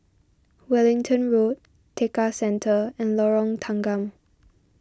Wellington Road Tekka Centre and Lorong Tanggam